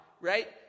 right